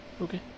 Okay